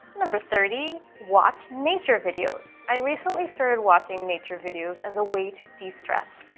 number thirty watch nature videos. i recently started watching nature videos as a way to de-stress.